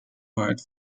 word